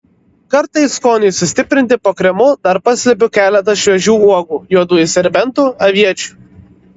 kartais skoniui sustiprinti po kremu dar paslepiu keletą šviežių uogų juodųjų serbentų aviečių